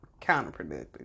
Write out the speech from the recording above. counterproductive